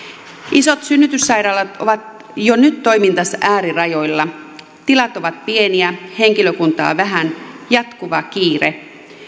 isot synnytyssairaalat ovat jo nyt toimintansa äärirajoilla tilat ovat pieniä henkilökuntaa vähän jatkuva kiire